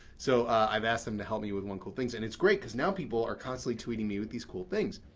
so, i've asked them to help me with one cool things. and it's great because now people are constantly tweeting me with these cool things.